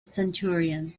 centurion